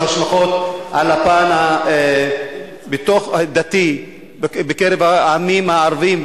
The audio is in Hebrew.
השלכות על הפן הדתי בקרב העמים הערביים,